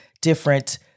different